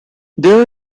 there